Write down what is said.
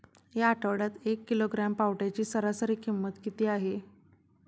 या आठवड्यात एक किलोग्रॅम पावट्याची सरासरी किंमत किती आहे?